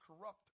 corrupt